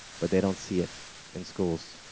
but they don't see it in schools.